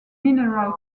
mineral